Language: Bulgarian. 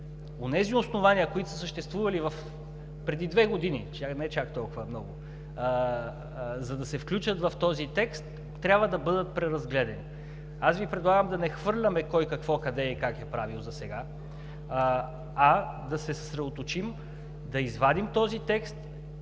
онези основания, които са съществували преди две години, не е чак толкова много, за да се включат в този текст, трябва да бъдат преразгледани. Аз Ви предлагам да не хвърляме кой, какво, къде и как е правил досега, а да се съсредоточим да извадим този текст